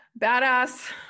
badass